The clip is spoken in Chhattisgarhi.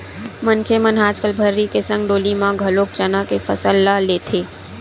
मनखे मन ह आजकल भर्री के संग डोली म घलोक चना के फसल ल लेथे